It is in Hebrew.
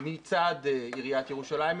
מצד עיריית ירושלים,